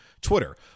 Twitter